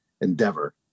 endeavor